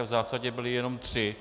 V zásadě byly jenom tři.